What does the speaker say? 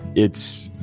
it's